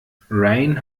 rayen